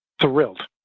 thrilled